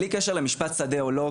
בלי קשר למשפט שדה או לא,